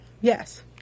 Yes